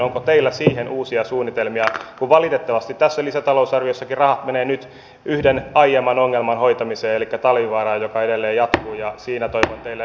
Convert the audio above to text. onko teillä siihen uusia suunnitelmia koska valitettavasti tässä lisätalousarviossakin rahat menevät nyt yhden aiemman ongelman hoitamiseen eli talvivaaraan joka edelleen jatkuu